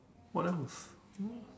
what else don't know